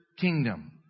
kingdom